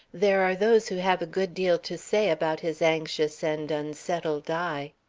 there are those who have a good deal to say about his anxious and unsettled eye.